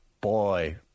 Boy